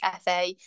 FA